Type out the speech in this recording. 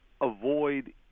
avoid